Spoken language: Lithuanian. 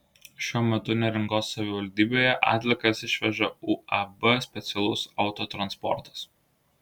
šiuo metu neringos savivaldybėje atliekas išveža uab specialus autotransportas